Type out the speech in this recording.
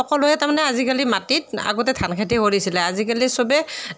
সকলোৱে তাৰ মানে আজিকালি মাটিত আগতে ধান খেতি কৰিছিলে আজিকালি সবেই